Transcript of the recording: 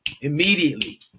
immediately